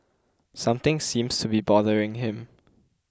something seems to be bothering him